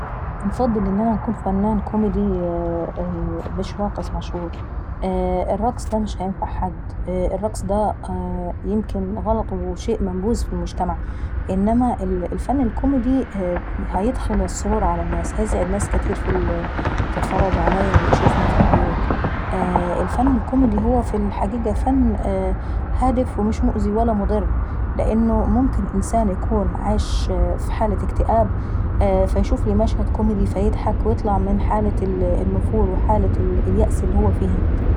انفضل ان انا نكون فنان كوميدي مش راقص مشهور. الرقص دا مش هنيفع حد، الرقص دا يمكن غلط وشيء منبوذ في المجتمع. إنما الفن الكوميدي هيدخل السرور على الناس وهيسعد ناس كتير اللي بتتفرج عليا وتشوفين في البيوت. الفن الكوميدي في الحقيقة فن هادف ومش مؤذي ولا مضر. لأن ممكن اسنان يكون في حالة اكتئاب ويشوفلي مشهد كوميدي فيطلع من حالة النفور وحالة اليأس اللي هو فيهي.